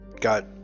got